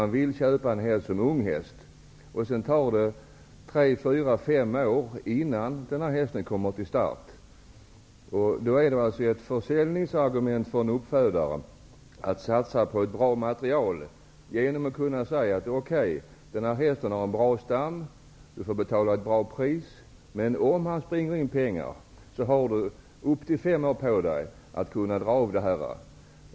Man vill ju köpa en häst som unghäst. Sedan dröjer det 3--5 år innan hästen kommer till start. Ett försäljningsargument från uppfödarna är då att man skall satsa på ett bra material. Man säger: Den här hästen har en bra stamtavla. Du får betala rätt bra för den. Men om den springer in pengar, har du upp till fem år på dig att göra avdrag.